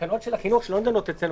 בתקנות של החינוך שלא נידונות אצלנו,